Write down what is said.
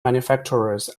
manufacturers